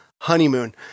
honeymoon